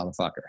motherfucker